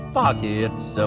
pockets